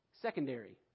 Secondary